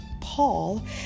Paul